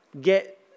Get